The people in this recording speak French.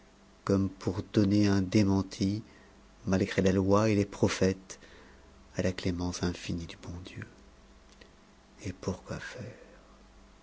comme pour donner un démenti malgré la loi et les prophètes à la clémence infinie du bon dieu et pour quoi faire